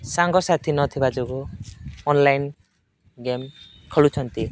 ସାଙ୍ଗସାଥି ନଥିବା ଯୋଗୁଁ ଅନଲାଇନ୍ ଗେମ୍ ଖେଳୁଛନ୍ତି